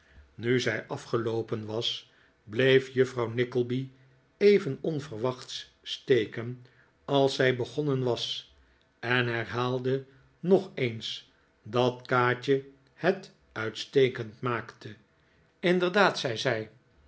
nu zij afgeloopen was bleef juffrouw nickleby even onverwachts steken als zij begonnen was en herhaalde nog eens dat kaatje het uitstekend maakte inderdaad zei